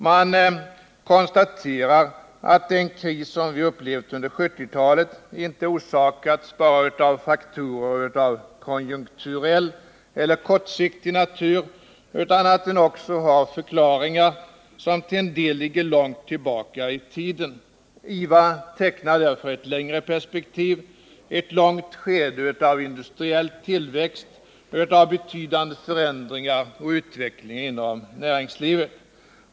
Man konstaterar att den kris som vi upplevt under 1970-talet inte orsakats bara av faktorer av konjunkturell eller kortsiktig natur utan att den också har förklaringar som till en del ligger långt tillbaka i tiden. IVA tecknar därför ett längre perspektiv, ett långt skede av industriell tillväxt, av betydande förändringar och utveckling inom näringslivet.